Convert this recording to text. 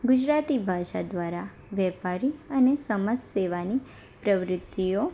ગુજરાતી ભાષા દ્વારા વેપારી અને સમાજ સેવાની પ્રવૃત્તિઓ